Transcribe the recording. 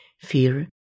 fear